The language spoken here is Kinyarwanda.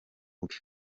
bwe